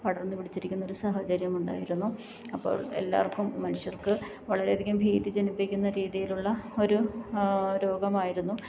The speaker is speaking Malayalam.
പടര്ന്ന് പിടിച്ചിരിക്കുന്നൊരു സാഹചര്യമുണ്ടായിരുന്നു അപ്പോള് എല്ലാവര്ക്കും മനുഷ്യര്ക്ക് വളരേയധികം ഭീതി ജനിപ്പിക്കുന്ന രീതിയിലുള്ള ഒരു രോഗമായിരുന്നു